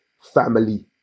family